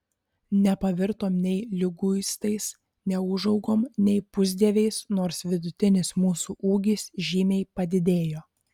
nepavirtom nei liguistais neūžaugom nei pusdieviais nors vidutinis mūsų ūgis žymiai padidėjo